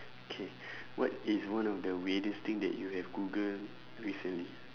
okay what is one of the weirdest thing that you have google recently